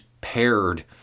paired